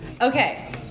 Okay